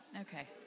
Okay